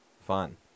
Fun